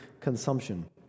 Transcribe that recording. consumption